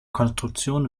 konstruktion